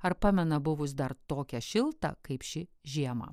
ar pamena buvus dar tokią šiltą kaip ši žiemą